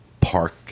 park